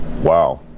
wow